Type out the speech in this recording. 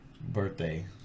birthday